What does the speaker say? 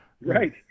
Right